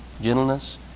gentleness